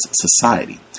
society